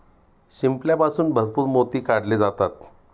शिंपल्यापासून भरपूर मोती काढले जातात